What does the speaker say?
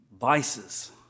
vices